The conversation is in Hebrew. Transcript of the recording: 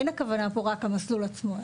אין הכוונה פה רק המסלול עצמו.